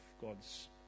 God's